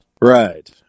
Right